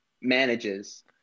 manages